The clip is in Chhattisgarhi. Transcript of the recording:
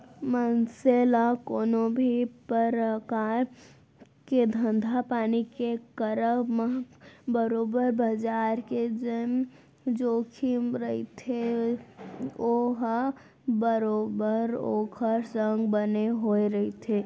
मनसे ल कोनो भी परकार के धंधापानी के करब म बरोबर बजार के जेन जोखिम रहिथे ओहा बरोबर ओखर संग बने होय रहिथे